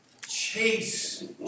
chase